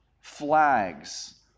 flags